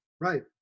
right